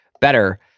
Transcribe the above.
better